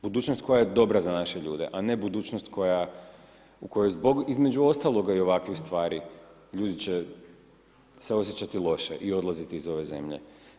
Budućnost koja je dobra za naše ljude, a ne budućnost koja, u kojoj zbog između ostaloga i ovakvih stvari, ljudi će se osjećati loše i odlaziti iz ove zemlje.